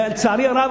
ולצערי הרב,